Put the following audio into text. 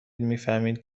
میفهمید